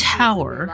tower